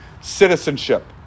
citizenship